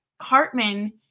Hartman